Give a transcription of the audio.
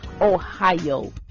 Ohio